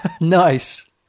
nice